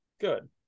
Good